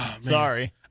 Sorry